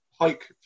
Hike